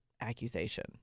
accusation